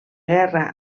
guerra